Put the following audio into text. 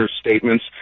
statements